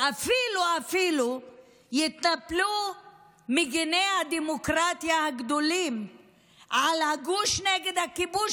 ואפילו יתנפלו מגיני הדמוקרטיה הגדולים על הגוש נגד הכיבוש,